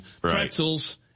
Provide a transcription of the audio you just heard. Pretzels